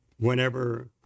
Whenever